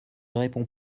répond